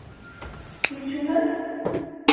ٹھیٖک چھِو حظ